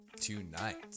tonight